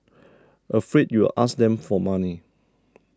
afraid you'll ask them for money